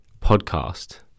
podcast